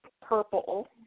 purple